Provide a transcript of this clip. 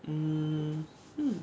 mm